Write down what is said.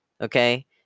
okay